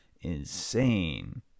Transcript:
insane